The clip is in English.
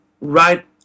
right